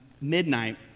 midnight